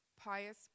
pious